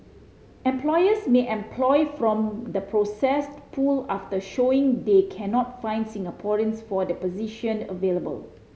employers may employ from the processed pool after showing they cannot find Singaporeans for the position available